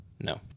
no